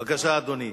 בבקשה, אדוני.